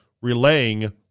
relaying